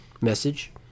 Message